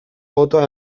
botoa